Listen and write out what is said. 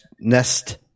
Nest